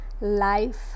life